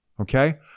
Okay